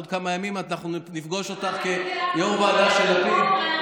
עוד כמה ימים אנחנו נפגוש אותך כיו"ר ועדה של לפיד,